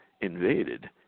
invaded